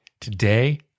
today